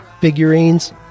figurines